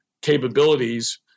capabilities